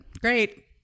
Great